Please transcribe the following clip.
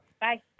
Bye